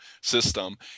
system